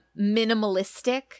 minimalistic